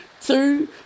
two